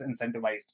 incentivized